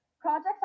Projects